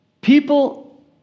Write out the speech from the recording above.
People